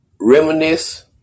reminisce